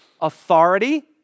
authority